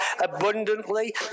abundantly